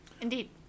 Indeed